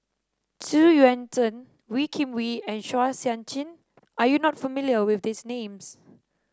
Xu Yuan Zhen Wee Kim Wee and Chua Sian Chin are you not familiar with these names